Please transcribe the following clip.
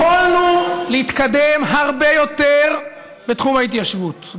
יכולנו להתקדם הרבה יותר בתחום ההתיישבות,